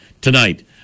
tonight